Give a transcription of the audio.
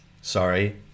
Sorry